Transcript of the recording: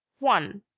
one.